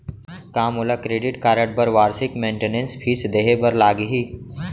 का मोला credit card बर वार्षिक मेंटेनेंस फीस देहे बर लागही?